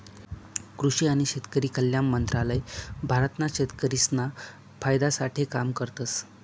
कृषि आणि शेतकरी कल्याण मंत्रालय भारत ना शेतकरिसना फायदा साठे काम करतस